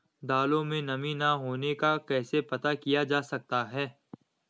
दालों में नमी न होने का कैसे पता किया जा सकता है?